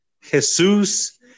Jesus